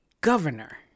governor